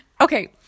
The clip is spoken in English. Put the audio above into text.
Okay